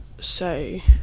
say